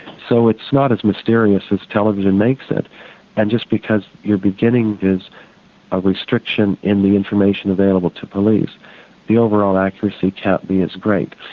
so it's not as mysterious as television makes it and just because your beginning is a restriction in the information available to police the overall accuracy can't be as great.